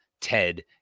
ted